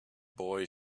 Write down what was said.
boy